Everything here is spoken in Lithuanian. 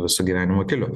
visu gyvenimo keliu